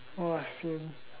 oh I see